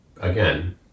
again